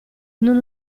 non